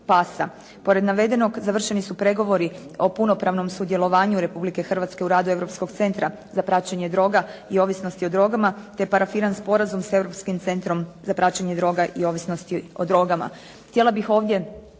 Pored navedenog završeni su pregovori o punopravnom sudjelovanju Republike Hrvatske u radu Europskog centra za praćenje droga i ovisnosti o drogama te parafiran sporazum s Europskim centrom za praćenje droga i ovisnosti o drogama.